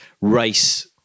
race